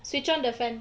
switch on the fan